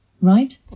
right